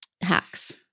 hacks